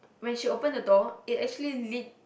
when she open the door it actually lead